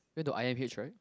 went to I_M_H right